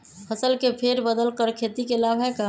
फसल के फेर बदल कर खेती के लाभ है का?